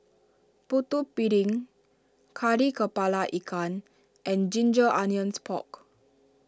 Putu Piring Kari Kepala Ikan and Ginger Onions Pork